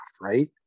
right